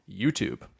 YouTube